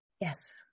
Yes